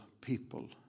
people